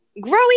Growing